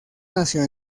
nació